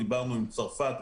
דיברנו עם צרפת,